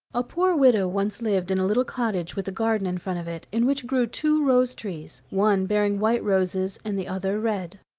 a poor widow once lived in a little cottage with a garden in front of it, in which grew two rose trees, one bearing white roses and the other red.